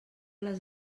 les